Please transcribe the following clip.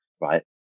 right